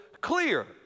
clear